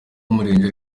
umurenge